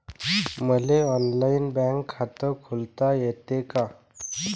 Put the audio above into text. मले online bank खात खोलता येते का?